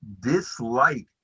dislike